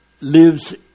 lives